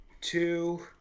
two